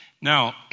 now